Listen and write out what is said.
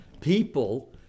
people